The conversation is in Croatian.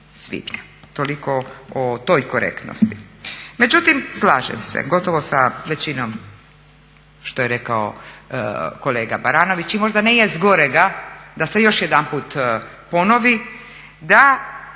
svibnja. Toliko o toj korektnosti. Međutim, slažem se gotovo sa većinom što je rekao kolega Baranović. I možda nije zgorega da se još jedanput ponovi da